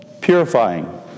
purifying